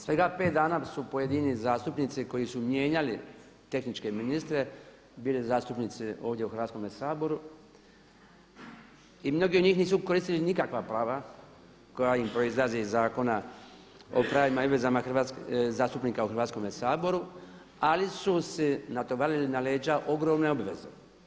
Svega 5 dana su pojedini zastupnici koji su mijenjali tehničke ministre bili zastupnici ovdje u Hrvatskome saboru i mnogi od njih nisu koristili nikakva prava koja im proizlaze iz Zakona o pravima i obvezama zastupnika u Hrvatskome saboru ali su si natovarili na leđa ogromne obveze.